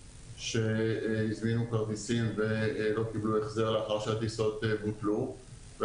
שהזמינו כרטיסים ולא קיבלו החזר לאחר שהטיסות בוטלו.